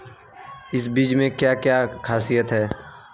इन बीज में क्या क्या ख़ासियत है?